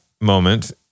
moment